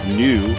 new